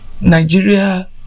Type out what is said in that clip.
Nigeria